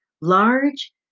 large